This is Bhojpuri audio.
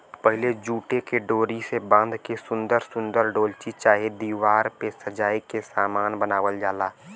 पहिले जूटे के डोरी से बाँध के सुन्दर सुन्दर डोलची चाहे दिवार पे सजाए के सामान बनावल जाला